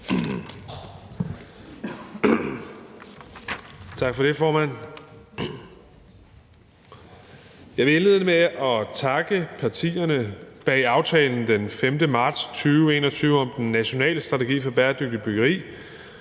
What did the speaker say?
Tak for det, formand. Jeg vil indlede med at takke partierne bag »Aftale om National strategi for bæredygtigt byggeri«